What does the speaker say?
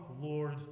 Lord